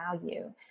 value